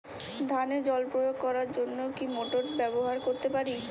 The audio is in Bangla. ধানে জল প্রয়োগ করার জন্য কি মোটর ব্যবহার করতে পারি?